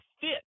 fit